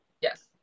Yes